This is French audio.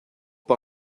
par